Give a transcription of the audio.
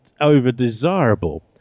over-desirable